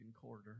quarter